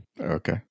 Okay